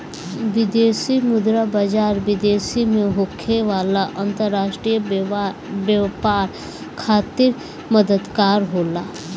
विदेशी मुद्रा बाजार, विदेश से होखे वाला अंतरराष्ट्रीय व्यापार खातिर मददगार होला